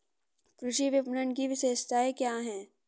कृषि विपणन की विशेषताएं क्या हैं?